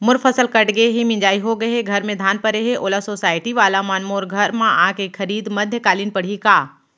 मोर फसल कट गे हे, मिंजाई हो गे हे, घर में धान परे हे, ओला सुसायटी वाला मन मोर घर म आके खरीद मध्यकालीन पड़ही का?